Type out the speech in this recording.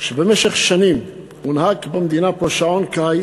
במשך שנים הונהג במדינה שעון קיץ,